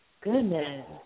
Goodness